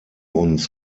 uns